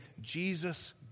Jesus